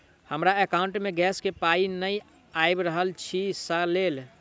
हमरा एकाउंट मे गैस केँ पाई नै आबि रहल छी सँ लेल?